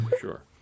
sure